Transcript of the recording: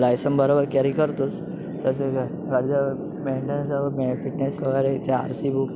licence बरोबर carry करतोच तसेच घरच्या मेंटेनन्स फिटनेस वगैरे इथे आर सी बुक